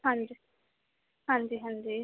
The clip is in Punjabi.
ਹਾਂਜੀ ਹਾਂਜੀ ਹਾਂਜੀ